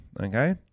Okay